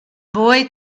boy